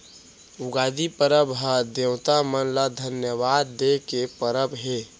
उगादी परब ह देवता मन ल धन्यवाद दे के परब हे